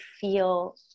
feel